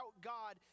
God